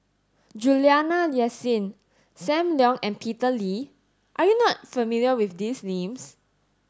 Juliana Yasin Sam Leong and Peter Lee are you not familiar with these names